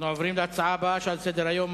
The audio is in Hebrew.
אנחנו עוברים להצעה הבאה שעל סדר-היום,